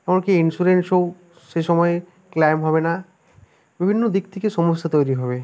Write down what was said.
এমন কি ইন্স্যুরেন্সও সে সময় ক্লেইম হবে না বিভিন্ন দিক থেকে সমস্যা তৈরি হবে